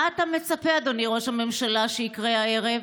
מה אתה מצפה, אדוני ראש הממשלה, שיקרה הערב?